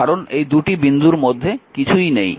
কারণ এই 2টি বিন্দুর মধ্যে কিছুই নেই